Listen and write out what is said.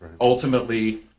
Ultimately